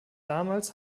damals